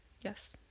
yes